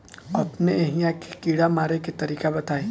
अपने एहिहा के कीड़ा मारे के तरीका बताई?